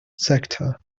sector